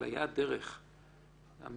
אבל הייתה דרך לעשות את זה,